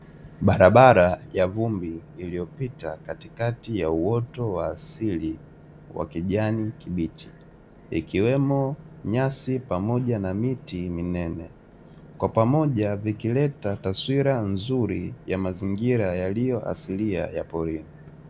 Barabara ya vumbi iliyopita katikati ya uoto wa asili wa kijani kibichi ikiwemo nyasi pamoja na miti minene, kwa pamoja vikileta taswira nzuri ya mazingira yaliyoasilia ya porini.